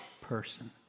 person